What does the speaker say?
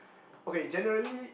okay generally